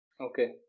Okay